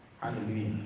Hallelujah